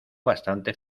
bastante